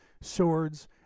swords